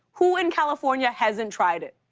who in california hasn't tried it?